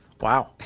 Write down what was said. Wow